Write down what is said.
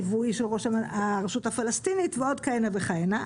ליווי של ראש הרשות הפלסטינית ועוד כהנה וכהנה.